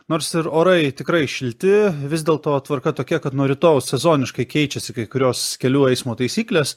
nors ir orai tikrai šilti vis dėlto tvarka tokia kad nuo rytojaus sezoniškai keičiasi kai kurios kelių eismo taisyklės